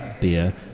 beer